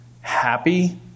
happy